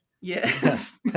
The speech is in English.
Yes